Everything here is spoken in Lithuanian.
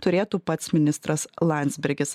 turėtų pats ministras landsbergis